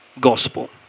gospel